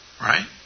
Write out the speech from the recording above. Right